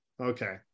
Okay